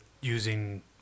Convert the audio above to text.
using